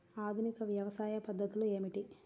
ఆధునిక వ్యవసాయ పద్ధతులు ఏమిటి?